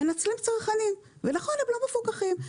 ונכון, הם לא מפוקחים.